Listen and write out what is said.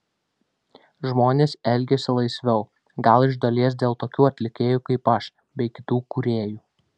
žmonės elgiasi laisviau gal iš dalies dėl tokių atlikėjų kaip aš bei kitų kūrėjų